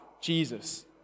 Jesus